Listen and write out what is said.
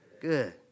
good